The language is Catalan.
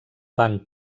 banc